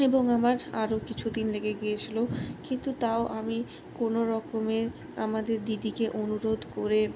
এবং আমার আরও কিছুদিন লেগে গিয়েছিল কিন্তু তাও আমি কোনোরকমে আমাদের দিদিকে অনুরোধ করে